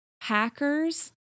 hackers